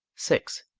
six.